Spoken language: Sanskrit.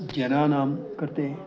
जनानां कृते